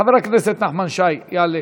חבר הכנסת נחמן שי יעלה,